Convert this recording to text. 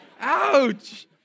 Ouch